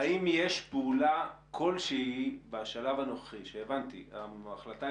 האם יש פעולה כלשהי בשלב הנוכחי ההחלטה